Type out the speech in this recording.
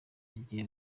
igiye